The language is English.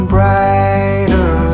Brighter